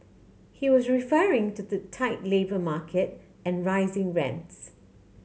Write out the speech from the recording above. he was referring to the tight labour market and rising rents